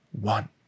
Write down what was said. one